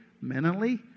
mentally